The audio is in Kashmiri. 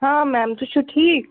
ہاں میم تُہۍ چھُو ٹھیٖک